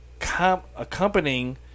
accompanying